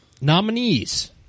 Nominees